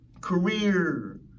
career